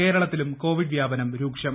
കേരളത്തിലും കോവിഡ് വ്യാപനം രൂക്ഷം